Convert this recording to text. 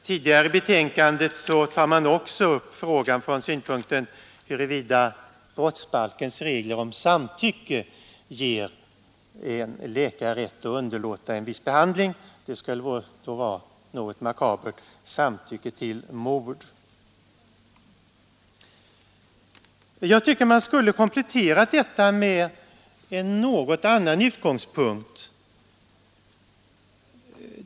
Tidigare i betänkandet tar man upp frågan från synpunkten huruvida brottsbalkens regler om samtycke ger läkare rätt att underlåta en viss behandling — det skulle då vara något makabert samtycke till mord. Jag tycker att detta borde ha kompletterats från en något annan utgångspunkt.